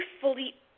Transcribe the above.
fully